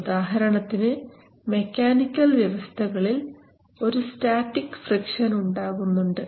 ഉദാഹരണത്തിന് മെക്കാനിക്കൽ വ്യവസ്ഥകളിൽ ഒരു സ്റ്റാറ്റിക് ഫ്രിക്ഷൻ ഉണ്ടാവുന്നുണ്ട്